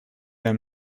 him